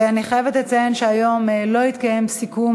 אני חייבת לציין שהיום לא יתקיים סיכום